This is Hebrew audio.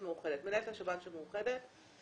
מנהלת השב"ן של מאוחדת.